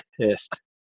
pissed